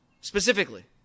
Specifically